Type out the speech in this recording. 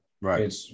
Right